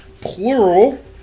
plural